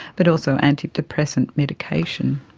but also antidepressant medication.